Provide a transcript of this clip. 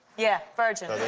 yeah, virgins.